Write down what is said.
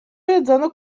jedzono